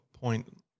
point